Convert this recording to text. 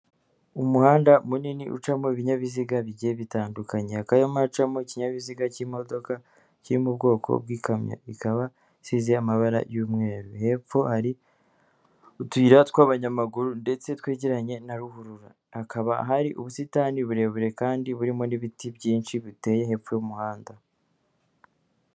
Umuhanda munini ucamo ibinyabiziga bigiye bitandukanye, hakaba harimo hacamo ikinyabiziga k'imodoka kiri mu bwoko bw'ikamyo, ikaba isize amabara y'umweru hepfo hari utuyira tw'abanyamaguru ndetse twegeranye na ruhurura, hakaba hari ubusitani burebure kandi burimo n'ibiti byinshi biteye hepfo y'umuhanda.